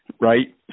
right